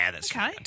Okay